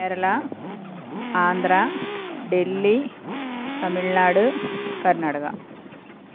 Kerala Andhra Delhi Tamil Nadu Karnataka